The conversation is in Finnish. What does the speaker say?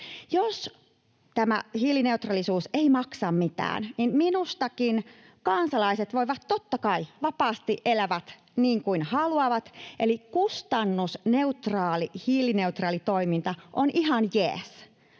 Jos tämä hiilineutraalisuus ei maksa mitään, niin minustakin kansalaiset voivat, totta kai, vapaasti elää niin kuin haluavat. Eli kustannusneutraali hiilineutraali toiminta on ihan jees,